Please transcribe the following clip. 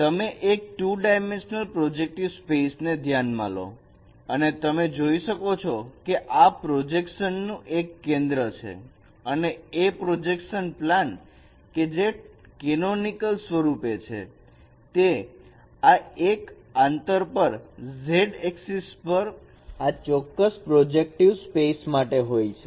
તેથી તમે એક 2 ડાયમેન્શનલ પ્રોજેક્ટક્ટિવ સ્પેસ ને ધ્યાન માં લો અને તમે જોઈ શકો છો કે આ પ્રોજેક્શન નું એક કેન્દ્ર છે અને a પ્રોજેક્શન પ્લાન કે જે કેનોનિકલ સ્વરૂપે છે તે 1 ના અંતર પર z એક્સિસ પર આ ચોક્કસ પ્રોજેક્ટિવ સ્પેસ માટે હોય છે